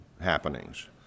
happenings